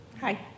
Hi